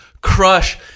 crush